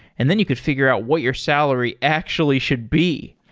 and then you could figure out what your salary actually should be.